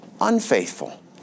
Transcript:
unfaithful